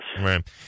Right